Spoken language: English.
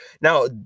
Now